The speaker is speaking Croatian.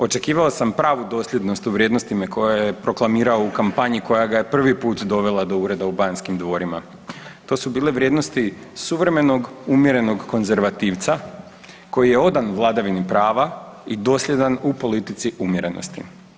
Očekivao sam pravu dosljednost u vrijednostima koje je proklamirao u kampanji koja ga je prvi put dovela do ureda u Banskim dvorima, to su bile vrijednosti suvremenog umjerenog konzervativca koji je odan vladavini prava i dosljedan u politici umjerenosti.